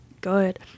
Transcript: good